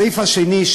הסעיף השני,